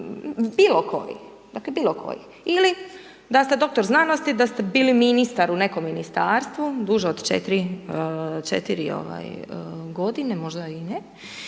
bilo kojih, dakle bilo kojih. Ili da ste doktor znanosti i da ste bili ministar u nekom ministarstvu duže od 4 godine, možda i ne,